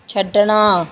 ਛੱਡਣਾ